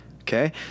okay